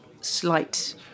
slight